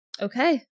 Okay